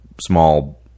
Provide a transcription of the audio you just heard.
small